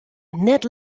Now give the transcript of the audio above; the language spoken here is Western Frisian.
net